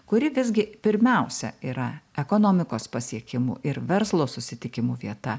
kuri visgi pirmiausia yra ekonomikos pasiekimų ir verslo susitikimų vieta